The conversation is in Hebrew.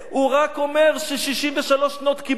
הוא רק אומר: 63 שנות כיבוש.